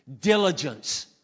Diligence